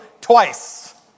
twice